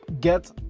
get